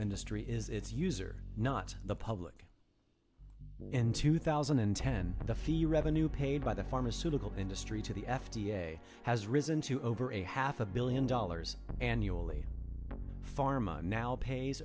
industry is its user not the public in two thousand and ten the fee revenue paid by the pharmaceutical industry to the f d a has risen to over a half a billion dollars annually pharm